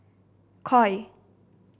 Koi